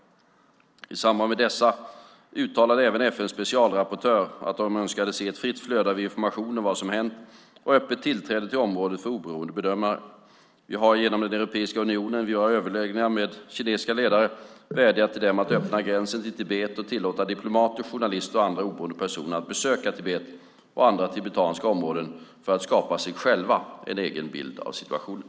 I samband med dessa uttalade även FN:s specialrapportörer att de önskade se ett fritt flöde av information om vad som hänt och öppet tillträde till området för oberoende bedömare. Vi har genom Europeiska unionen och vid våra överläggningar med kinesiska ledare vädjat till dem att öppna gränserna till Tibet och tillåta diplomater, journalister och andra oberoende personer att besöka Tibet och andra tibetanska områden för att skapa sig en egen bild av situationen.